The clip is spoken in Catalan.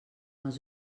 els